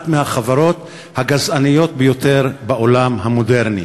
מהחברות הגזעניות ביותר בעולם המודרני.